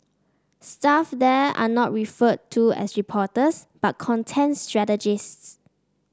staff there are not referred to as reporters but contents strategists